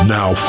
Now